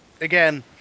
Again